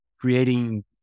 creating